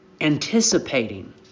Anticipating